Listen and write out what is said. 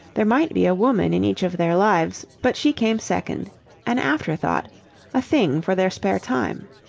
there might be a woman in each of their lives, but she came second an afterthought a thing for their spare time.